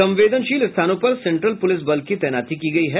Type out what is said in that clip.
संवेदनशील स्थानों पर सेंट्रल पुलिस बल की तैनाती की गयी है